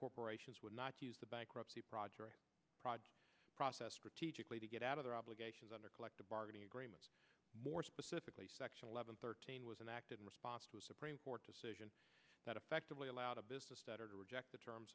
corporations would not use the bankruptcy project process strategically to get out of their obligations under collective bargaining agreements more specifically section eleven thirteen was enacted in response to a supreme court decision that effectively allowed a business better to reject the terms